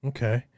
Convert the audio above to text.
Okay